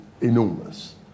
enormous